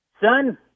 son